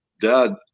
dad